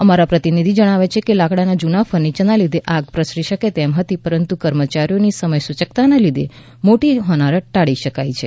અમારા પ્રતિનિધિ જણાવે છે કે લાકડાના જૂના ફર્નિયરને લીધે આગ પ્રસરી શકે તેમ હતી પરંતુ કર્મચારીઓની સમયસૂચકતાને લીધે મોટી હોનારત ટાળી શકાઈ હતી